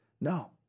no